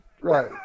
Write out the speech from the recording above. Right